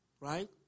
Right